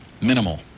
Minimal